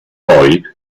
poi